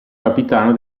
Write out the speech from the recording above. capitano